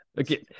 okay